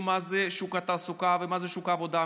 מה זה שוק התעסוקה ומה זה שוק העבודה,